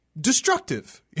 destructive